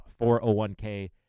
401k